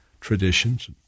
traditions